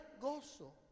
gozo